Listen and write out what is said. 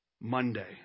Monday